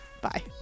Bye